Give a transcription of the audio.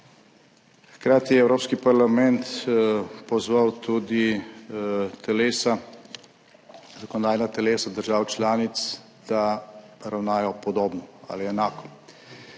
Hkrati je Evropski parlament pozval tudi telesa, zakonodajna telesa držav članic, da ravnajo podobno ali enako.